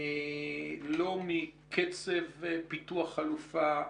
לא מקצב פיתוח החלופה,